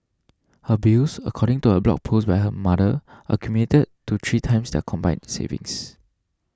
her bills according to a blog post by her mother accumulated to three times their combined savings